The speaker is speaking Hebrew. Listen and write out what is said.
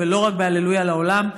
ולא רק בהללויה לעולם.